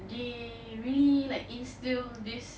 they really like instill this list of